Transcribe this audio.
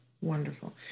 Wonderful